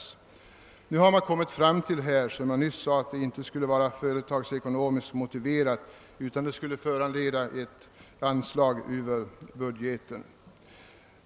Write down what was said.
Som jag nyss sade har man kommit fram till att det inte skulle vara företagsekonomiskt motiverat, utan att det skulle föranleda ett anslag över budgeten.